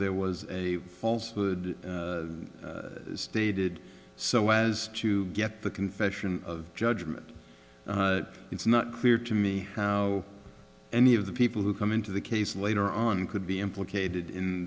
there was a false would stated so as to get the confession of judgment it's not clear to me how any of the people who come into the case later on could be implicated in